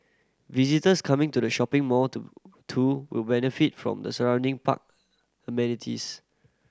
visitors coming to the shopping mall to too will benefit from the surrounding park amenities